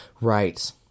Right